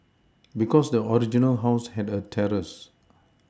because the original house had a terrace